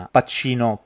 Pacino